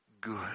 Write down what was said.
good